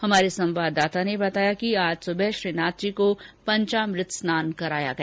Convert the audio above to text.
हमारे संवाददाता ने बताया कि आज सूबह श्रीनाथ जी को पंचामृत स्नान कराया गया